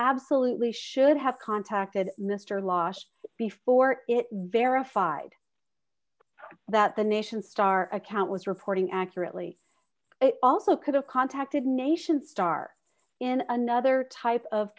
absolutely should have contacted mr last before it verified that the nation star account was reporting accurately it also could have contacted nation star in another type of